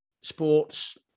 sports